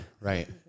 Right